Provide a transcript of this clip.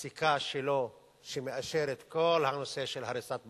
הפסיקה שלו שמאשרת את כל הנושא של הריסת בתים,